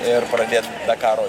ir pradėt dakaro